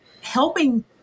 helping